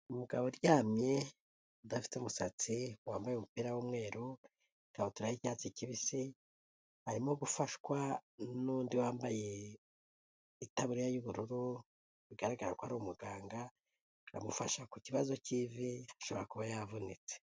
Umugabo uryamye udafite umusatsi wambaye umupira w'mweru, ikabutura y'icyatsi kibisi, arimo gufashwa n'undi wambaye itababuriya y'ubururu, bigaragara ko ari umuganga aramufasha ku kibazo cy'ivi ashobora kuba yavunitse.